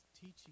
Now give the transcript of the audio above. teaching